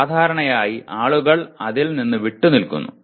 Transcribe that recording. സാധാരണയായി ആളുകൾ അതിൽ നിന്ന് വിട്ടുനിൽക്കുന്നു